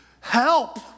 help